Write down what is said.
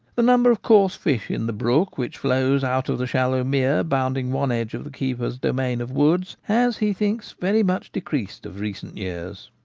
the number of coarse fish in the brook which flows out of the shallow mere bounding one edge of the keeper's domain of woods has, he thinks, very much decreased of recent years.